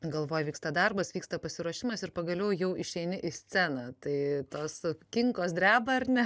galvoje vyksta darbas vyksta pasiruošimas ir pagaliau jau išeini į sceną tai tas kinkos dreba ar ne